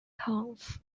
towns